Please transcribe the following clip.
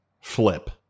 flip